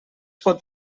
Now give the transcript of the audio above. pot